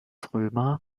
römer